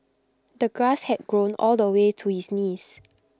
the grass had grown all the way to his knees